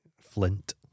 Flint